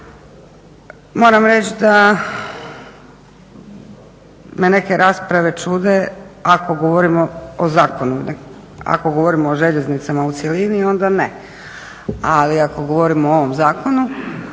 Moram reći da me neke rasprave čude ako govorimo o zakonu, ako govorimo o željeznicama u cjelini onda ne, ali ako govorimo o ovom zakonu